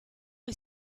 est